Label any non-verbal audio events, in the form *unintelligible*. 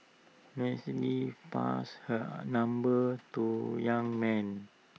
*unintelligible* passed her number to young man